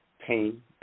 pain